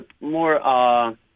more